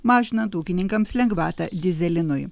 mažinant ūkininkams lengvatą dyzelinui